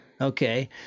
Okay